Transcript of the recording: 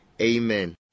Amen